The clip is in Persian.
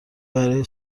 برای